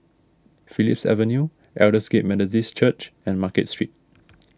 Phillips Avenue Aldersgate Methodist Church and Market Street